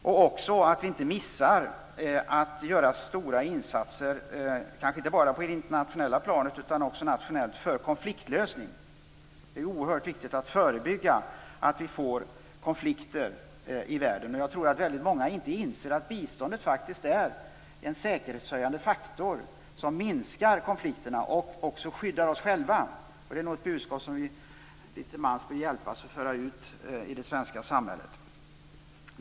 Det är också viktigt att vi inte missar att göra stora insatser - kanske inte bara på det internationella planet utan också nationellt - för konfliktlösning. Det är oerhört viktigt att förebygga att vi får konflikter i världen. Jag tror att väldigt många inte inser att biståndet faktiskt är en säkerhetshöjande faktor som minskar konflikterna och som också skyddar oss själva. Det är ett budskap som vi nog litet till mans bör hjälpas åt att föra ut i det svenska samhället.